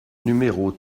numéros